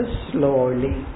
slowly